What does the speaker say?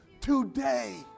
today